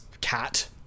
cat